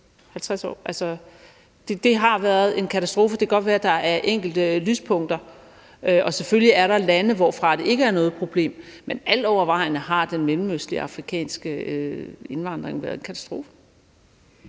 Altså, det har været en katastrofe. Det kan godt være, at der er enkelte lyspunkter, og selvfølgelig er der lande, hvorfra det ikke er noget problem, men altovervejende har den mellemøstlige og afrikanske indvandring været en katastrofe.